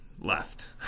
left